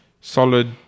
solid